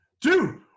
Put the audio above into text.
Dude